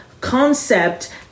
concept